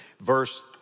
verse